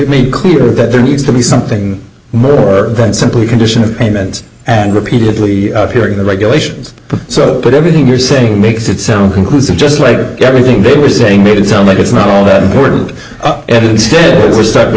made clear that there needs to be something more than simply condition of payment and repeatedly during the regulations so that everything you're saying makes it sound conclusive just like everything they were saying made it sound like it's not all that important and instead we're stuck with